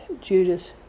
Judas